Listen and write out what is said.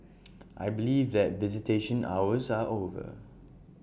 I believe that visitation hours are over